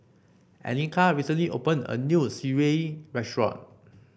Anika recently opened a new sireh restaurant